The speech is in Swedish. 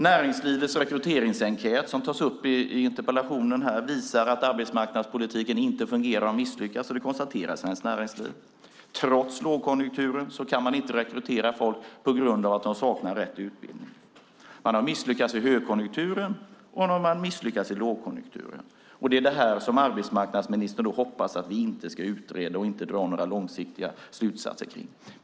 Näringslivets rekryteringsenkät som tas upp i interpellationen visar att arbetsmarknadspolitiken inte fungerar och har misslyckats. Det konstaterar Svenskt Näringsliv. Trots lågkonjunktur kan man inte rekrytera folk på grund av att de saknar rätt utbildning. Man har misslyckats i högkonjunkturen, och man har misslyckats i lågkonjunkturen. Det är vad arbetsmarknadsministern hoppas att vi inte ska utreda eller dra några långsiktiga slutsatser om.